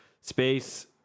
Space